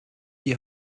die